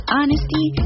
honesty